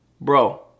Bro